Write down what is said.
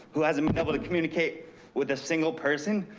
who hasn't been able to communicate with a single person,